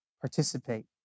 participate